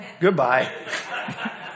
Goodbye